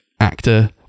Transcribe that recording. actor